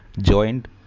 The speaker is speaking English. joined